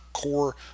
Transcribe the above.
core